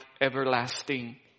everlasting